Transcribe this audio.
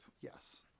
yes